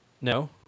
no